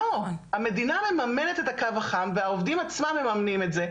לא! המדינה מממנת את הקו החם והעובדים עצמם מממנים את זה,